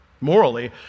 morally